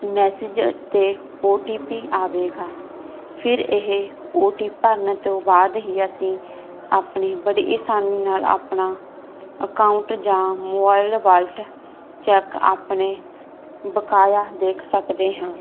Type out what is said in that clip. message ਤੇ O T P ਆਵੇਗਾ ਫਿਰ ਇਹ ਓ ਟੀ ਪੀ ਭਰਨ ਤੋਂ ਬਾਅਦ ਹੀ ਅਸੀਂ ਆਪਣੇ ਬੜੀ ਆਸਾਨੀ ਨਾਲ ਆਪਣਾ ਅਕਾਊਂਟ ਜਾਂ ਮੋਬਾਈਲ ਵਲਟ ਚੈੱਕ ਆਪਣੇ ਬਕਾਇਆ ਦੇਖ ਸਕਦੇ ਹਾਂ